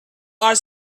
are